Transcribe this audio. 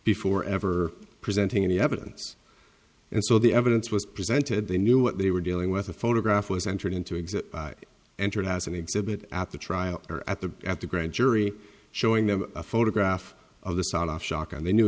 before ever presenting any evidence and so the evidence was presented they knew what they were dealing with a photograph was entered into exit entered as an exhibit at the trial or at the at the grand jury showing them a photograph of the soft shock on they knew